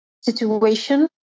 situation